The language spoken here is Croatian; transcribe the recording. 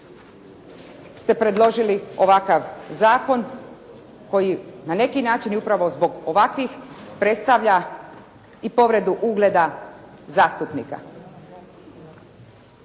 ste predložili ovakav zakon koji na neki način i upravo zbog ovakvih predstavlja i povredu ugleda zastupnika.